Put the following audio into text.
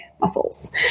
muscles